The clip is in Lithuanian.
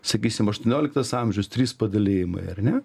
sakysim aštuonioliktas amžius trys padalijimai ar ne